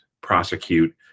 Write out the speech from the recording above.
prosecute